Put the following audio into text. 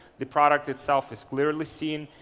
the product itself is clearly seen,